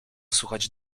słuchać